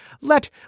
Let